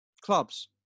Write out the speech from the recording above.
clubs